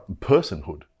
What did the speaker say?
personhood